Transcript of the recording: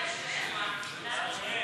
לך יש רשימה, לנו אין.